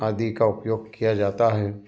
आदि का उपयोग किया जाता है